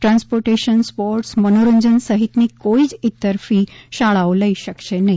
transportation sports મનોરંજન સહિતની કોઇ જ ઇતર ફી શાળાઓ લઇ શકશે નહી